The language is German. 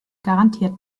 garantiert